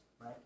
right